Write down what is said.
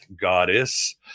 goddess